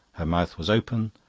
her mouth was open,